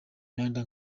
imyanya